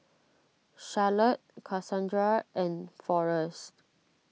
Charlotte Kasandra and Forest